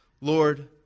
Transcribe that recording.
Lord